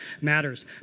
matters